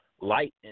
Light